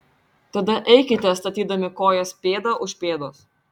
tada eikite statydami kojas pėda už pėdos